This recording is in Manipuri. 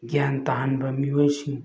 ꯒ꯭ꯌꯥꯟ ꯇꯥꯍꯟꯕ ꯃꯤꯑꯣꯏꯁꯤꯡ